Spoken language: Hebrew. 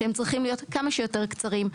הם צריכים להיות כמה שיותר קצרים,